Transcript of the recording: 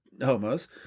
homos